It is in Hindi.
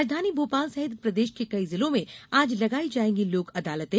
राजधानी भोपाल सहित प्रदेश के कई जिलों में आज लगाई जायेंगी लोक अदालतें